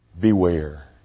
Beware